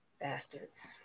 Bastards